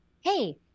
Hey